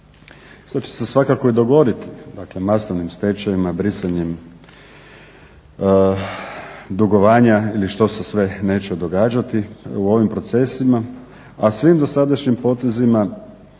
što će se svakako i dogoditi dakle, masovnim stečajevima, brisanjem dugovanja ili što se sve neće događati u ovim procesima, a svim dosadašnjim potezima